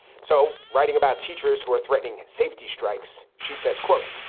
so writing about teachers who are threatening safety strikes, she says, quote,